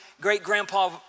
great-grandpa